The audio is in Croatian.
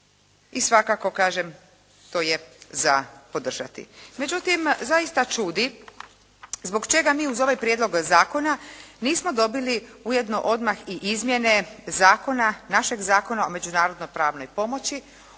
i svakako kažem to je za podržati. Međutim zaista čudi zbog čega mi uz ovaj prijedlog zakona nismo dobili ujedno odmah i izmjene zakona, našeg Zakona o međunarodno pravnoj pomoći